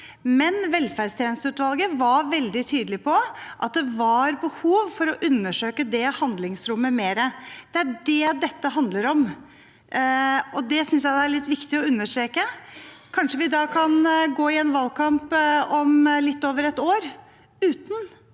men velferdstjenesteutvalget var veldig tydelig på at det var behov for å undersøke det handlingsrommet mer. Det er det dette handler om, og det synes jeg det er litt viktig å understreke. Kanskje vi da kan gå til valgkamp om litt over et år uten